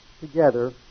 together